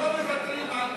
לא מוותרים על דיבור,